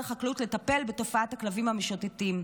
החקלאות לטפל בתופעת הכלבים המשוטטים.